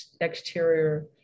exterior